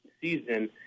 season